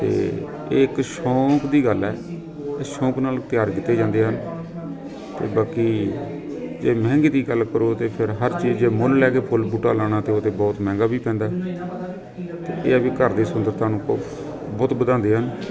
ਅਤੇ ਇਹ ਇਕ ਸ਼ੌਕ ਦੀ ਗੱਲ ਹੈ ਸ਼ੌਕ ਨਾਲ ਤਿਆਰ ਕੀਤੇ ਜਾਂਦੇ ਹਨ ਅਤੇ ਬਾਕੀ ਜੇ ਮਹਿੰਗੀ ਦੀ ਗੱਲ ਕਰੋ ਤਾਂ ਫਿਰ ਹਰ ਚੀਜ਼ ਮੁੱਲ ਲੈ ਕੇ ਫੁੱਲ ਬੂਟਾ ਲਾਉਣਾ ਤਾਂ ਉਹ ਤਾਂ ਬਹੁਤ ਮਹਿੰਗਾ ਵੀ ਪੈਂਦਾ ਅਤੇ ਇਹ ਵੀ ਘਰ ਦੀ ਸੁੰਦਰਤਾ ਨੂੰ ਬ ਬਹੁਤ ਵਧਾਉਂਦੇ ਹਨ